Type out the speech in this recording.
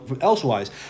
Elsewise